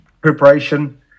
preparation